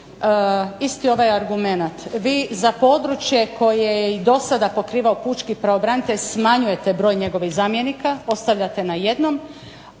Isti ovaj argument, vi za područje koje je i do sada pokrivao pučki pravobranitelj smanjujete broj njegovih zamjenika, ostavljate na jednom,